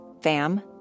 fam